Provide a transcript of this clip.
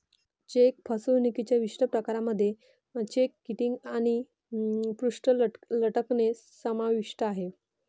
check फसवणुकीच्या विशिष्ट प्रकारांमध्ये चेक किटिंग आणि पृष्ठ लटकणे समाविष्ट आहे